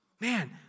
Man